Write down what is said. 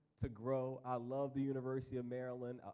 to grow. i love the university of maryland.